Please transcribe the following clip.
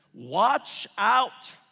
watch out.